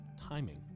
timing